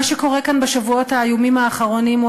מה שקורה כאן בשבועות האיומים האחרונים הוא